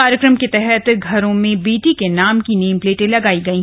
कार्यक्रम के तहत घरों में बेटी के नाम की नेम प्लेटें लगायी गयी